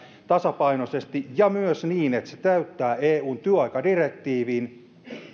tämän tasapainoisesti ja myös niin että se täyttää eun työaikadirektiivin